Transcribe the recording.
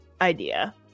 idea